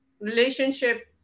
relationship